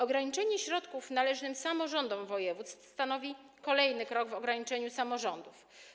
Ograniczanie środków należnych samorządom województw stanowi kolejny krok w ograniczaniu samorządów.